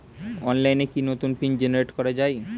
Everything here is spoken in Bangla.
অনলাইনে কি নতুন পিন জেনারেট করা যায়?